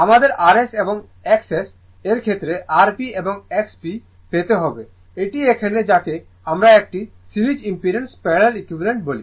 আমাদের rs এবং XS এর ক্ষেত্রে Rp এবং Xp পেতে হবে এটি এখানে যাকে আমরা একটি সিরিজ ইম্পিডেন্সের প্যারালাল ইকুইভালেন্ট বলি